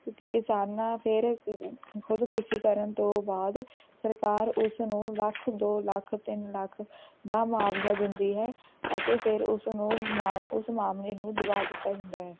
ਕਿਉਂਕਿ ਕਿਸਾਨਾਂ ਫਿਰ ਖੁਦਕੁਸ਼ੀ ਕਰਨ ਤੋਂ ਬਾਅਦ ਸਰਕਾਰ ਉਸ ਨੂੰ ਲੱਖ ਦੋ ਲੱਖ ਤਿੰਨ ਲੱਖ ਦਾ ਮੁਆਵਜ਼ਾ ਦਿੰਦੀ ਹੈ ਅਤੇ ਫਿਰ ਉਸ ਨੂੰ ਮਾ ਉਸ ਮਾਮਲੇ ਨੂੰ ਦਬਾਅ ਦਿੱਤਾ ਜਾਂਦਾ ਹੈ